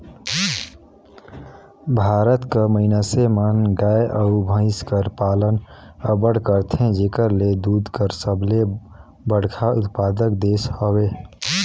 भारत कर मइनसे मन गाय अउ भंइस कर पालन अब्बड़ करथे जेकर ले दूद कर सबले बड़खा उत्पादक देस हवे